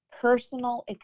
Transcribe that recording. Personal